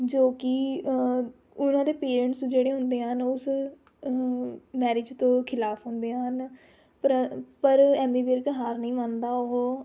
ਜੋ ਕਿ ਉਹਨਾਂ ਦੇ ਪੇਂਰਟਸ ਜਿਹੜੇ ਹੁੰਦੇ ਹਨ ਉਸ ਮੈਰਿਜ਼ ਤੋਂ ਖਿਲਾਫ਼ ਹੁੰਦੇ ਹਨ ਪ੍ਰੰ ਪਰ ਐਮੀ ਵਿਰਕ ਹਾਰ ਨਹੀਂ ਮੰਨਦਾ ਉਹ